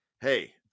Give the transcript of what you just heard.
hey